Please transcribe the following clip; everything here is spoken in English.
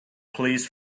please